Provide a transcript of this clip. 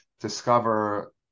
discover